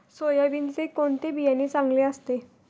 सोयाबीनचे कोणते बियाणे चांगले असते?